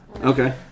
Okay